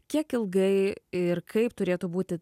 kiek ilgai ir kaip turėtų būti